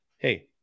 Hey